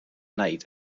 night